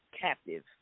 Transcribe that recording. captive